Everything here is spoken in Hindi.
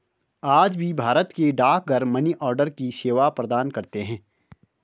आज भी भारत के डाकघर मनीआर्डर की सेवा प्रदान करते है